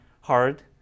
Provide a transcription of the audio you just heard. hard